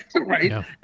Right